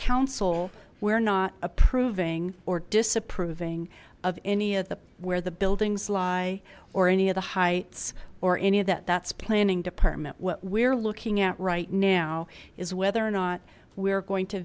council we're not approving or disapproving of any of the where the buildings lie or any of the high it's or any of that that's planning department what we're looking at right now is whether or not we're going to